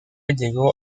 llegó